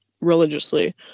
religiously